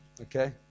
Okay